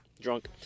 drunk